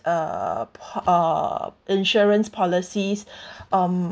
uh uh insurance policies um